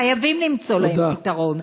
חייבים למצוא להם פתרון.